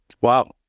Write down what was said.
Wow